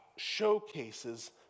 showcases